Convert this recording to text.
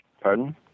Pardon